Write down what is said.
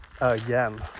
again